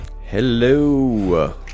Hello